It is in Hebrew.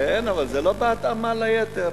כן, אבל זה לא בהתאמה ליתר,